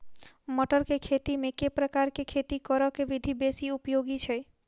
मटर केँ खेती मे केँ प्रकार केँ खेती करऽ केँ विधि बेसी उपयोगी छै?